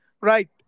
Right